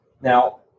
Now